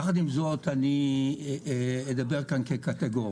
יחד עם זאת אני אדבר כאן כקטגור.